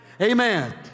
Amen